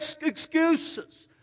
excuses